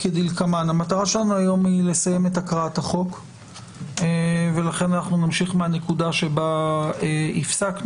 לסיים את הקראת החוק ולכן אנחנו נמשיך מהנקודה שבה הפסקנו.